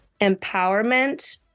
empowerment